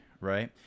right